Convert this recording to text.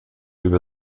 über